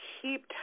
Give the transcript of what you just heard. keep